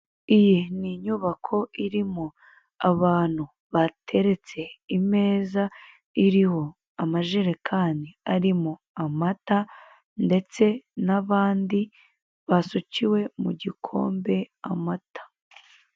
Iyi ni inyubako irimo abantu bateretse imeza iriho amajerekani arimo amata, ndetse n'abandi basukiwe mu gikombe amata.